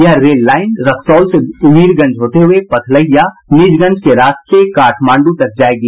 यह rail line Raxaul से वीरगंज होते हुये पथलहिया निजगंज के रास्ते काठमांडू तक जायेगी